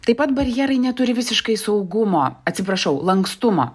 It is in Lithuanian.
taip pat barjerai neturi visiškai saugumo atsiprašau lankstumo